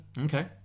Okay